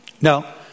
Now